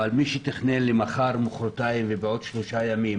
אבל מי שתכנן למחר, מוחרתיים או בעוד שלושה ימים